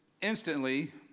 instantly